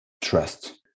trust